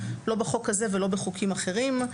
לא בחוק הזה ולא בחוקים אחרים.